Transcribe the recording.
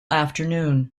afternoon